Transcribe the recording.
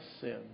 sin